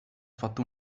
fatta